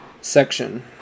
Section